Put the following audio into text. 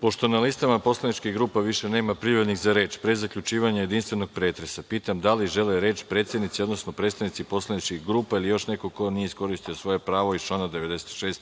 Pošto na listama poslaničkih grupa više nema prijavljenih za reč, pre zaključivanja jedinstvenog pretresa, pitam, da li žele reč predsednici, odnosno predstavnici poslaničkih grupa ili još neko ko nije iskoristio svoje pravo iz člana 96.